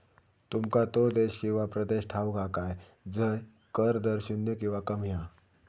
तुमका तो देश किंवा प्रदेश ठाऊक हा काय झय कर दर शून्य किंवा कमी हा?